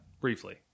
briefly